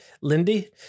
lindy